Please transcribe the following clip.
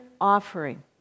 offering